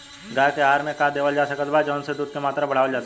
गाय के आहार मे का देवल जा सकत बा जवन से दूध के मात्रा बढ़ावल जा सके?